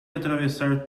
atravessar